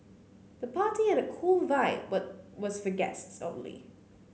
the party had a cool vibe but was for guests only